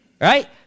right